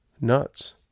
Nuts